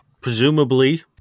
presumably